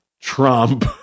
Trump